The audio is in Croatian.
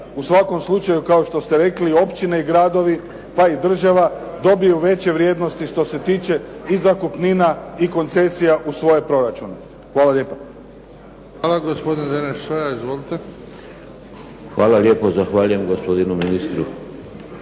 u svakom slučaju kao što ste rekli općine i gradovi, pa i država, dobiju veće vrijednosti što se tiče i zakupnina i koncesija u svoj proračun. Hvala lijepa. **Bebić, Luka (HDZ)** Hvala. Gospodin Deneš